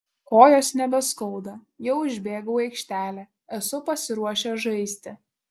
kojos nebeskauda jau išbėgau į aikštelę esu pasiruošęs žaisti